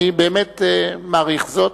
אני באמת מעריך זאת,